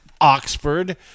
Oxford